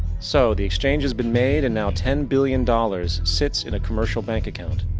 so, the exchange has been made. and now, ten billion dollars sits in a commercial bank account.